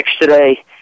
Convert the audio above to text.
today